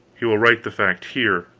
he will write the fact here,